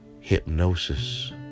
hypnosis